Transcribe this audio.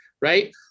Right